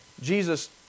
Jesus